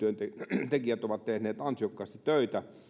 työntekijät ovat tehneet ansiokkaasti töitä